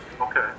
Okay